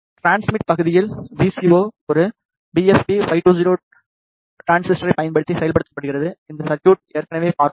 transmit பகுதியில் V C O ஒரு B F பி520 டிரான்சிஸ்டரைப் பயன்படுத்தி செயல்படுத்தப்படுகிறது இந்த சர்க்குட் ஏற்கனவே பார்த்தோம்